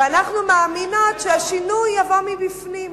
ואנחנו מאמינות שהשינוי יבוא מבפנים,